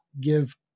give